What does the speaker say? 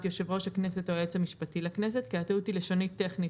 יושב-ראש הכנסת או היועץ המשפטי לכנסת כי הטעות היא לשונית-טכנית,